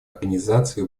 организации